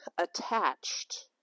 attached